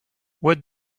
what